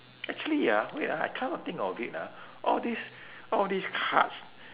actually ah wait ah I come to think of it ah all these all these cards